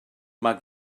mae